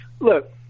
look